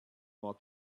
while